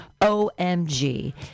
OMG